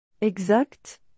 Exact